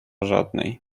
żadnej